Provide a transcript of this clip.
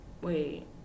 Wait